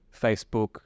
Facebook